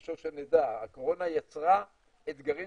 חשוב שנדע, הקורונה יצרה אתגרים